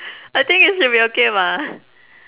I think it should be okay bah